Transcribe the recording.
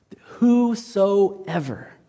Whosoever